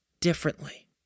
differently